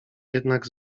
jednak